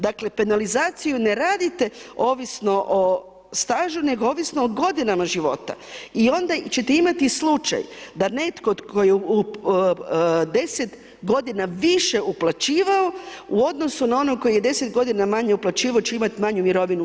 Dakle, penalizaciju ne radite ovisno o stažu, nego ovisno o godinama života i onda ćete imati slučaj da netko tko je 10 godina više uplaćivao u odnosu na onog koji je 10 godina manje uplaćivao će imati manju mirovinu.